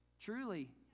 Truly